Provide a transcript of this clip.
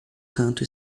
canto